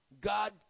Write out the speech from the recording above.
God